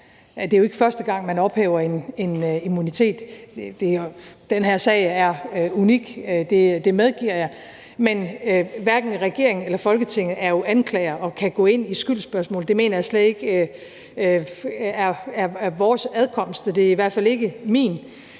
Det er jo ikke første gang, man ophæver en immunitet. Den her sag er unik, det medgiver jeg, men hverken regeringen eller Folketinget er jo anklagere og kan gå ind i skyldsspørgsmålet. Det mener jeg slet ikke er vores adkomst, og det er i hvert fald ikke min.